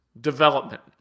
development